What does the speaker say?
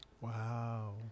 Wow